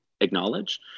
acknowledge